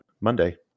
Monday